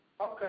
Okay